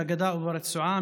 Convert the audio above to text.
בגדה וברצועה,